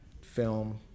film